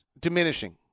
diminishing